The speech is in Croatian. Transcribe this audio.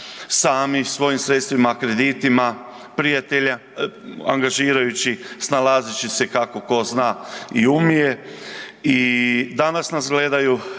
sami, svojim sredstvima, kreditima, prijatelja angažirajući, snalazeći se kako tko zna i umije i danas nas gledaju,